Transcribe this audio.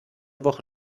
woche